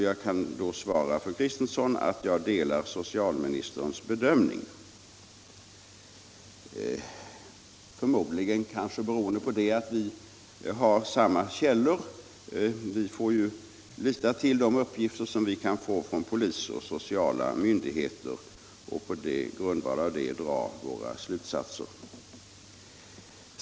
Jag kan svara fru Kristensson att jag delar socialministerns bedömning, kanske beroende på att vi har samma källor. Vi får ju lita till de uppgifter som vi kan få från polisen och sociala myndigheter och på grundval av det materialet dra våra slutsatser.